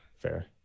fair